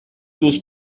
tous